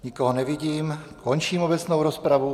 Nikoho nevidím, končím obecnou rozpravu.